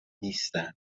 نیستند